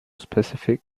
specific